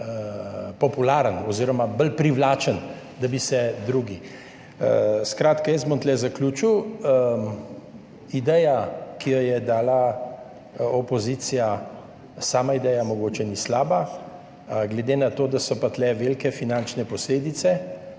popularen oziroma bolj privlačen, kot so drugi. Skratka, jaz bom tu zaključil. Sama ideja, ki jo je dala opozicija, mogoče ni slaba, glede na to, da so pa tu velike finančne posledice